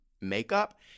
makeup